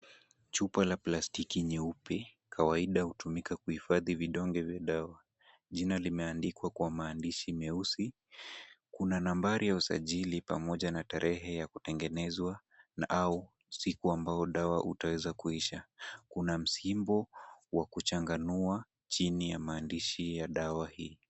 Chupa la plastiki nyeupe, kawaida hutumika kuhifadhi vidonge vya dawa. Jina limeandikwa kwa maandishi meusi. Kuna nambari ya usajili pamoja na tarehe ya kutengenezwa au siku ambao dawa utaweza kuisha. Kuna msimbo wa kuchanganua chini ya maandishi ya dawa hii.